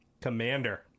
commander